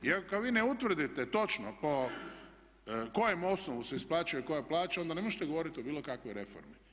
I ako vi ne utvrdite točno po kojem osnovu se isplaćuje koja plaća onda ne možete govoriti o bilo kakvoj reformi.